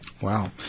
Wow